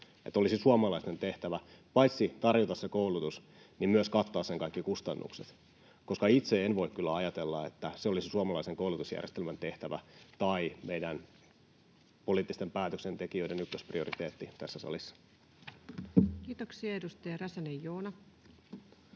Että olisi suomalaisten tehtävä paitsi tarjota se koulutus myös kattaa sen kaikki kustannukset? Itse en voi kyllä ajatella, että se olisi suomalaisen koulutusjärjestelmän tehtävä tai meidän poliittisten päätöksentekijöiden ykkösprioriteetti tässä salissa. Kiitoksia. — Edustaja Räsänen, Joona.